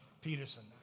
Peterson